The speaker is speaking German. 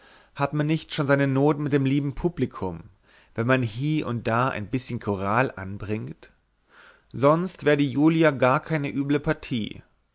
hat man nicht schon seine not mit dem lieben publikum wenn man hie und da ein bißchen choral anbringt sonst wär die julia gar keine üble partie